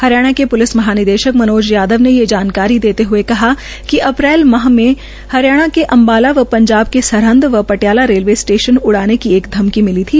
हरियाणा के प्लिस महानिदेशक मनोज यादव ने यह जानकारी देते हुए कहा कि अप्रैल माह में भी हरियाणा के अंबाला व पंजाब के सरहिंद व पटियाला रेलवे स्टेशन उड़ाने की एक धमकी मिली थी